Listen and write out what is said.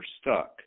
stuck